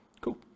Cool